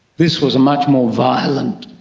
this was a much more violent,